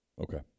Okay